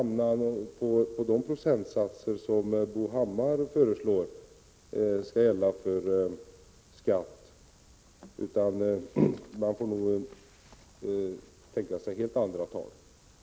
1986/87:134 att hamna på de procentsatser som Bo Hammar föreslår, utan man får nog — 2 juni 1987 tänka sig helt andra siffror. Vissa punktskatte